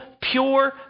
pure